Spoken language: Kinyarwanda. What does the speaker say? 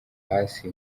hasi